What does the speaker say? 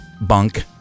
bunk